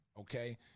okay